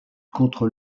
contre